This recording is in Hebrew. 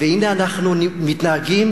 והנה אנחנו מתנהגים,